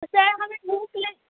سر ہمیں بھوک لگ